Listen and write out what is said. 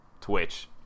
Twitch